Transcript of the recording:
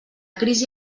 crisi